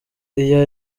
iyo